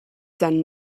done